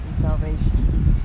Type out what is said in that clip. salvation